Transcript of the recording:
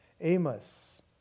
Amos